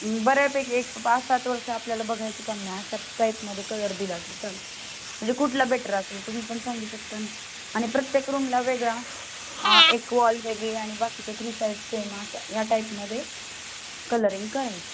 बर्यापैकी एक पाचसात वर्ष आपल्याला बघायचं काम नाही असा टाइपमध्ये कलर दिला तर चालतं म्हणजे कुठला बेटर असेल तुम्ही सांगा पण सांगू शकता ना आणि प्रत्येक रूम्ला पण वेगळा एक वॉल वेगळी आणि बाकीच्या थ्री साइडस् सेम असं या टाइपमध्ये कलरींग करायचं